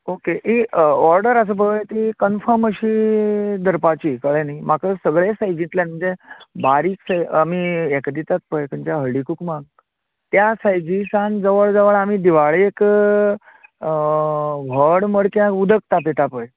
okay ही order आसा पळय ती कन्फर्म अशी धरपाची कळें म्हाका सगळे सायजीतल्यान म्हणजे बारीक जे आमी येका दितात पळय ते हळदी कुंकमाक त्या सायजी सान जवळ जवळ आमी दिवाळेक व्हड मडक्यान उदक तापयता पळय